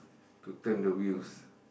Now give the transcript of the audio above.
to turn the wheels